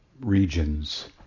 regions